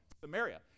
Samaria